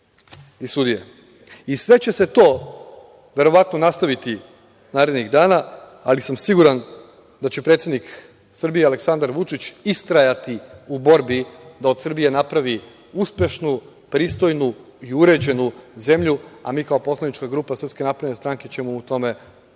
sve će se to verovatno nastaviti narednih dana, ali sam siguran da će predsednik Srbije, Aleksandar Vučić, istrajati u borbi da od Srbije napravi uspešnu, pristojnu i uređenu zemlju, a mi kao poslanička grupa SNS ćemo mu u tome pomoći.